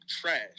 Trash